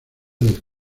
del